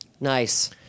Nice